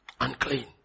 Unclean